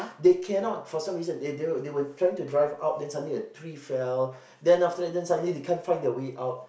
they cannot for some reason they were they were they were trying to drive out then suddenly tree fell then after that then suddenly they can't find their way out